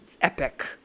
epic